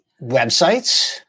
websites